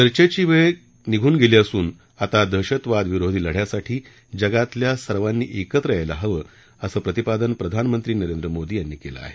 चर्चेची वेळ गेली असून आता दहशतवादविरोधी लढयासाठी जगातल्या सर्वांनी एकत्र यायला हवं असं प्रतिपादन प्रधानमंत्री नरेंद्र मोदी यांनी केलं आहे